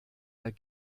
der